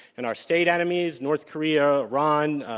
and our state enemies, north korea, iran,